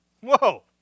Whoa